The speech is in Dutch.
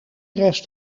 rest